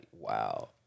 wow